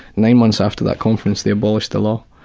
nine months after that conference, they abolished the law.